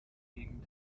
gegend